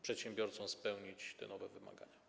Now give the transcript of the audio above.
przedsiębiorcom spełnić te nowe wymagania?